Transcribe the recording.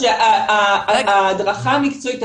ההדרכה המקצועית,